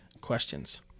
questions